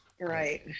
Right